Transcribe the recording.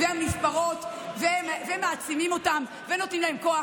והן נספרות ומעצימים אותן ונותנים להן כוח.